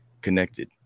connected